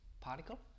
Particle